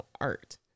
art